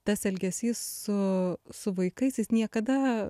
tas elgesys su su vaikais jis niekada